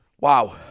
Wow